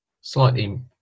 slightly